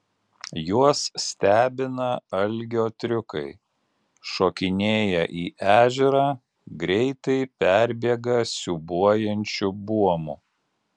juos stebina algio triukai šokinėja į ežerą greitai perbėga siūbuojančiu buomu